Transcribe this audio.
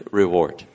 reward